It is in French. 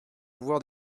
pouvoir